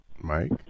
Mike